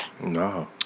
No